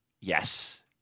Yes